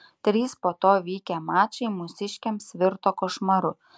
trys po to vykę mačai mūsiškiams virto košmaru